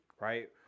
Right